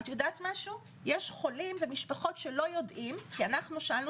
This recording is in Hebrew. יש חולים ומשפחות שלא יודעים כי שאלנו